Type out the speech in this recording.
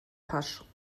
pasch